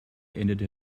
endete